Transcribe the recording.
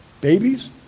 Babies